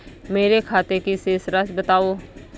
मेरे खाते की शेष राशि बताओ?